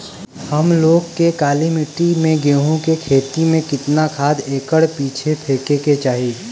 हम लोग के काली मिट्टी में गेहूँ के खेती में कितना खाद एकड़ पीछे फेके के चाही?